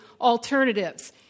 alternatives